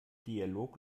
dialog